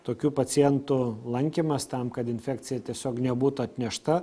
tokių pacientų lankymas tam kad infekcija tiesiog nebūtų atnešta